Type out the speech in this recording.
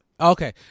Okay